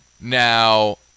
Now